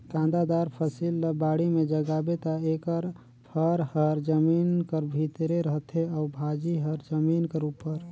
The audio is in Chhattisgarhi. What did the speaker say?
कांदादार फसिल ल बाड़ी में जगाबे ता एकर फर हर जमीन कर भीतरे रहथे अउ भाजी हर जमीन कर उपर